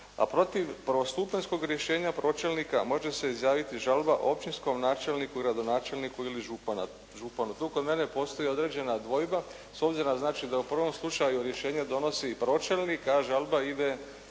a protiv prvostupanjskog rješenja pročelnika može se izjaviti žalba općinskom načelniku, gradonačelniku ili županu. Tu kod mene postoji određena dvojba s obzirom da znači u prvom slučaju rješenje donosi pročelnik, kaže ali da ide